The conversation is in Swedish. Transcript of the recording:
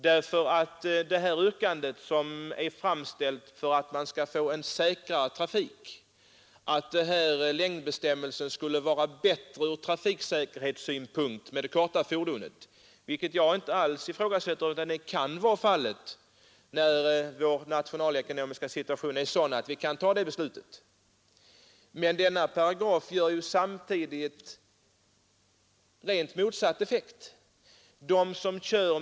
Det här motionsyrkandet är ju framställt för att man skall få en säkrare trafik. Att det skulle vara bättre ur trafiksäkerhetssynpunkt med det korta fordonet vill jag inte alls ifrågasätta. Det kan vara fallet — när vår nationalekonomiska situation är sådan att vi kan ta det beslutet. Men denna paragraf ger samtidigt rent motsatt effekt.